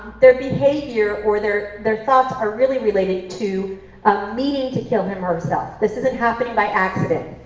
their behavior or their their thoughts are really related to ah meaning to kill him or herself this isn't happening by accident.